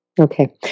Okay